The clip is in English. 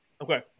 Okay